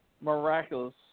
miraculous